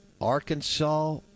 Arkansas